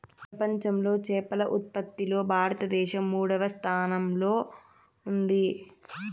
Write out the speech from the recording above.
ప్రపంచంలో చేపల ఉత్పత్తిలో భారతదేశం మూడవ స్థానంలో ఉంది